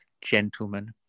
gentlemen